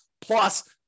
plus